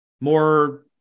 more